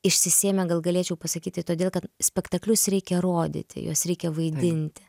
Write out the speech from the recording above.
išsisėmė gal galėčiau pasakyti todėl kad spektaklius reikia rodyti juos reikia vaidinti